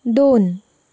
दोन